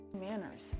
manners